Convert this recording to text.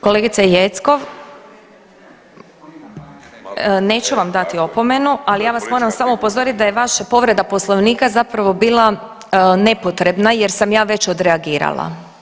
Kolegice Jeckov neću vam dati opomenu, ali ja vas moram samo upozoriti da je vaša povreda Poslovnika zapravo bila nepotrebna jer sam ja već odreagirala.